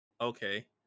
Okay